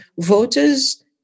voters